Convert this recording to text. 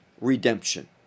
redemption